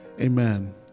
Amen